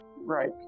Right